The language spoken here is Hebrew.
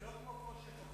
זה לא כמו פה,